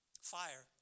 Fire